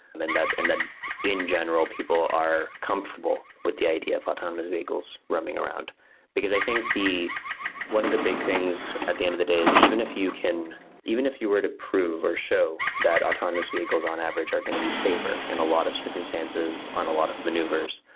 and that and in general people are comfortable with the idea of autonomous vehicles roaming around because i think one of the big things at the end of the day is even if you can even if you were to prove, or show that autonomous vehicles on average are going to be safer in a lot of circumstances, on a lot of maneuvers,